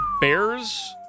Bears